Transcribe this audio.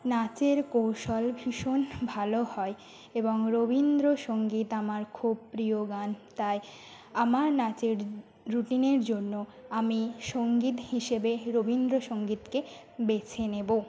নাচের কৌশল ভীষণ ভালো হয় এবং রবীন্দ্রসংগীত আমার খুব প্রিয় গান আর তাই আমার নাচের রুটিনের জন্য আমি সংগীত হিসেবে রবীন্দ্রসংগীতকে বেছে নেবো